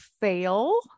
fail